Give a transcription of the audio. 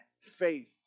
faith